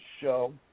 show